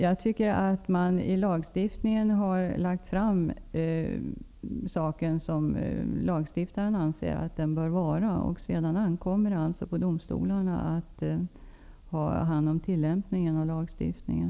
Jag tycker att man i lagstiftningen har lagt fram saken så som lagstiftaren anser att den bör vara. Sedan ankommer det på domstolarna att ha hand om tillämpningen av lagstiftningen.